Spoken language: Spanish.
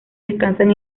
descansan